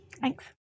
Thanks